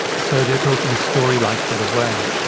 so they're told in a story-like sort of way,